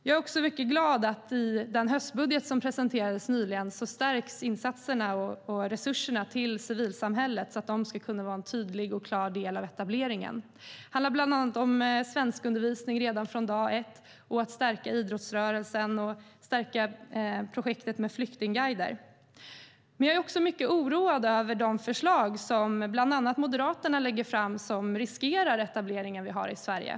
Jag är också mycket glad att i den höstbudget som presenterades nyligen stärks insatserna och resurserna till civilsamhället så att det ska vara en tydlig och klar del av etableringen. Det handlar bland annat om svenskundervisning redan från dag ett, att stärka idrottsrörelsen och att stärka projektet med flyktingguider. Men jag är också mycket oroad över de förslag som bland annat Moderaterna lägger fram som riskerar etableringen i Sverige.